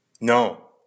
no